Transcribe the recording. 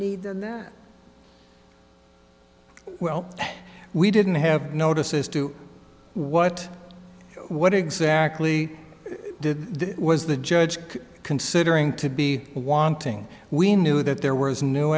need than that well we didn't have notice as to what what exactly did was the judge considering to be wanting we knew that there was n